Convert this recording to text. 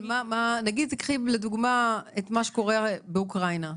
תיקחי לדוגמה את מה שקורה באוקראינה,